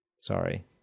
sorry